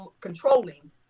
controlling